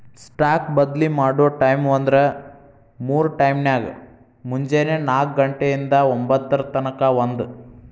stock ಬದ್ಲಿ ಮಾಡೊ ಟೈಮ್ವ್ಂದ್ರ ಮೂರ್ ಟೈಮ್ನ್ಯಾಗ, ಮುಂಜೆನೆ ನಾಕ ಘಂಟೆ ಇಂದಾ ಒಂಭತ್ತರ ತನಕಾ ಒಂದ್